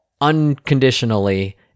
unconditionally